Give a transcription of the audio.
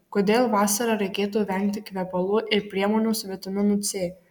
kodėl vasarą reikėtų vengti kvepalų ir priemonių su vitaminu c